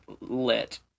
lit